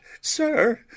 sir